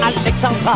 Alexandra